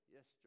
Yes